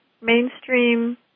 mainstream